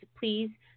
please